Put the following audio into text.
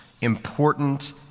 important